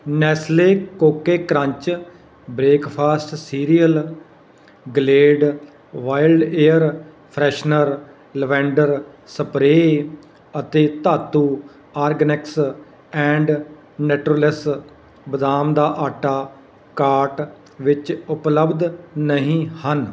Nestle Koko Krunch breakfast cereal Glade wild air freshener lavender spray ਅਤੇ ਧਾਤੂ organics and naturals ਬਦਾਮ ਦਾ ਆਟਾ ਕਾਰਟ ਵਿੱਚ ਉਪਲੱਬਧ ਨਹੀਂ ਹਨ